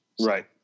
Right